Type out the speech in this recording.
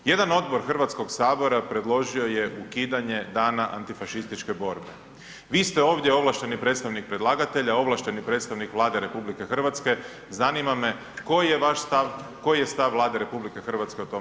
Jedan odbor Hrvatskog sabora predložio je ukidanje Dana antifašističke borbe, vi ste ovdje ovlašteni predstavnik predlagatelja ovlašteni predstavnik Vlade RH, zanima me koji je vaš stav, koji je stav Vlade RH o tom prijedlogu?